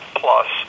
plus